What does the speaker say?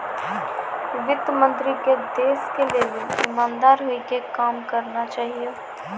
वित्त मन्त्री के देश के लेली इमानदार होइ के काम करना चाहियो